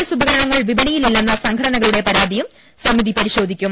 S ഉപകരണങ്ങൾ വിപണിയിൽ ഇല്ലെന്ന സംഘടനകളുടെ പരാതിയും സമിതി പരിശോധിക്കും